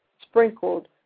sprinkled